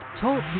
Talk